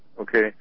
okay